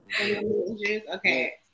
Okay